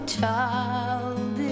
child